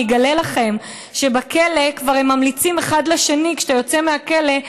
אני אגלה לכם שבכלא הם כבר ממליצים אחד לשני: כשאתה יוצא מהכלא,